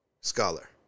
scholar